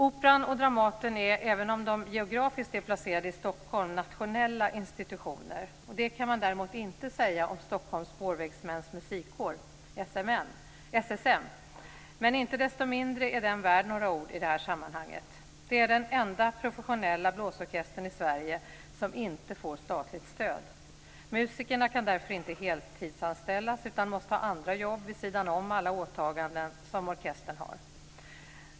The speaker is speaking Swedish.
Operan och Dramaten är, även om de geografiskt är placerade i Stockholm, nationella institutioner. Det kan man däremot inte säga om Stockholms Spårvägsmäns Musikkår, SSM. Inte desto mindre är den värd några ord i det här sammanhanget. Det är den enda professionella blåsorkester i Sverige som inte får statligt stöd. Musikerna kan därför inte heltidsanställas utan måste ha andra jobb vid sidan om alla åtaganden som orkestern har.